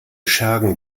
schergen